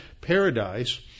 paradise